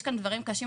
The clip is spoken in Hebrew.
יש כאן דברים קשים,